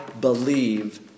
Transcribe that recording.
believe